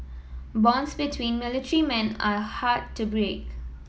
bonds between military men are hard to break